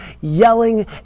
yelling